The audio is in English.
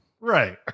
right